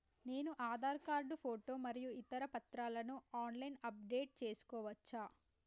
నేను Aadhaar card photo మరియు ఇతర పత్రాలను ఆన్ లైన్ అప్ డెట్ చేసుకోవచ్చా?